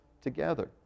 together